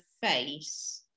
face